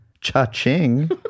Cha-ching